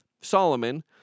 Solomon